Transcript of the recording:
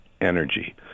energy